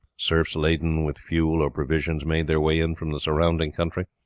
serfs laden with fuel or provisions made their way in from the surrounding country,